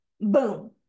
boom